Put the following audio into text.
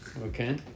Okay